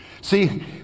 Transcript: See